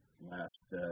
last